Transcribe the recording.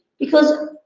because